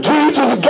Jesus